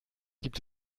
gibt